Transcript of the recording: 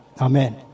Amen